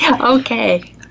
Okay